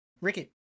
ricky